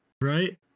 Right